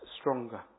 stronger